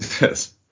Yes